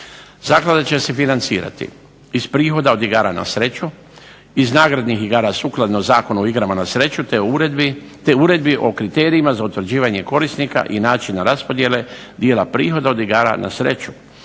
Zaklada će se financirati iz prihoda igara na sreću iz nagradnih igara sukladno Zakonu o igrama na sreću te uredbi o kriterijima za utvrđivanje korisnika i načina raspodjele dijela prihoda od igara na sreću